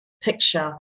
picture